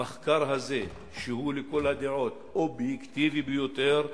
המחקר הזה הוא לכל הדעות אובייקטיבי ביותר,